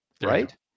Right